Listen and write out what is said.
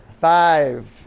Five